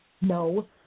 No